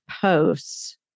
posts